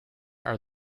are